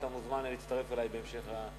אתה מוזמן להצטרף אלי בהמשך היום.